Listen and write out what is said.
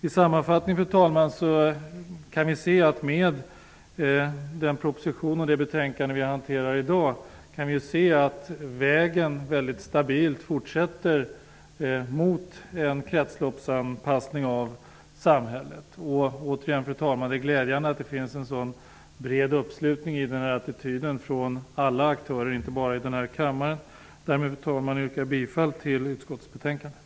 I sammanfattningen kan vi se, fru talman, att den proposition och det betänkande som behandlas i dag innebär att vi stabilt fortsätter på vägen mot en kretsloppsanpassning av samhället. Återigen vill jag säga att det är glädjande att det finns en så bred uppslutning kring den attityden hos alla aktörer, inte bara i denna kammare. Därmed yrkar jag bifall till utskottets hemställan.